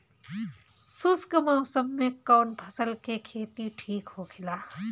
शुष्क मौसम में कउन फसल के खेती ठीक होखेला?